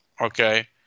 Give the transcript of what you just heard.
okay